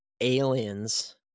aliens